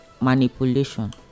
manipulation